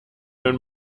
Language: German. wenn